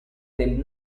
del